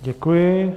Děkuji.